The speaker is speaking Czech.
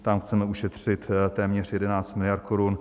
Tam chceme ušetřit téměř 11 mld. korun.